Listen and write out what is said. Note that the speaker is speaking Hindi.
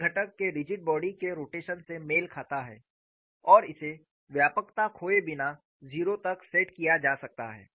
A घटक के रिजिड बॉडी के रोटेशन से मेल खाता है और इसे व्यापकता खोए बिना 0 तक सेट किया जा सकता है